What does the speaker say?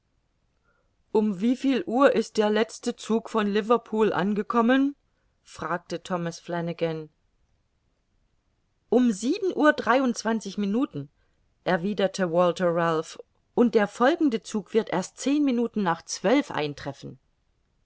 um wie viel uhr ist der letzte zug von liverpool angekommen fragte thomas flanagan um sieben uhr dreiundzwanzig minuten erwiderte walther ralph und der folgende zug wird erst zehn minuten nach zwölf eintreffen